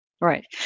Right